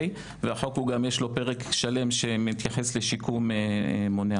לחוק יש פרק שלם שמתייחס לשיקום מונע.